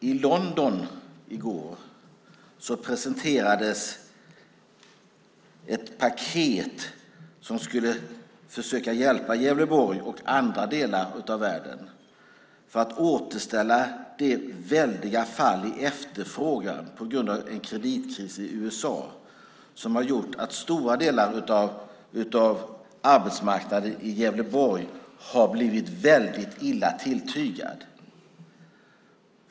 I London i går presenterades ett paket som skulle försöka hjälpa Gävleborg och andra delar av världen och återställa det väldiga fallet i efterfrågan på grund av en kreditkris i USA. Den har gjort att stora delar av arbetsmarknaden i Gävleborg har blivit väldigt illa tilltygad.